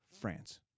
France